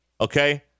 Okay